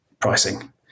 pricing